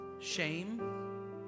shame